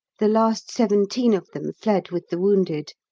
the last seventeen of them fled with the wounded.